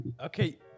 okay